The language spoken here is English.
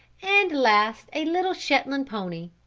and last a little shetland pony.